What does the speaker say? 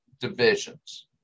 divisions